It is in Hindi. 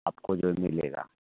आपको जो मिलेगा